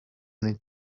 need